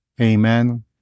Amen